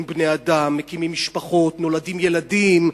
הם בני-אדם, מקימים משפחות, נולדים ילדים,